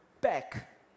back